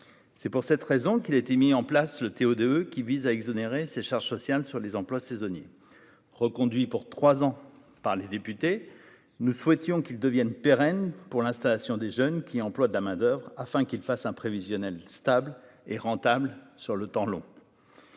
c'est pour cette raison qu'il a été mis en place le Théo de qui vise à exonérer ses charges sociales sur les emplois saisonniers reconduit pour 3 ans par les députés, nous souhaitons qu'il devienne pérenne pour l'installation des jeunes qui emploient de la main-d'oeuvre afin qu'ils fassent un prévisionnel stable et rentable sur le temps long.